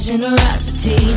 Generosity